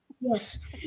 Yes